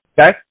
okay